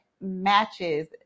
matches